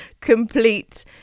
complete